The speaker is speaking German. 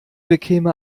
bekäme